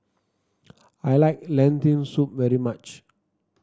I like Lentil Soup very much